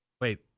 Wait